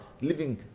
living